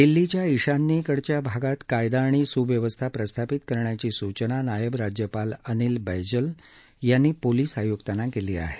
दिल्लीच्या ईशान्येकडच्या भागात कायदा आणि स्व्यवस्था प्रस्थापित करण्याची सूचना नायब राज्यपाल अनिल बैजल यांनी पोलीस आय्क्तांना केली आहे